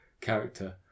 character